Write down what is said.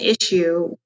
issue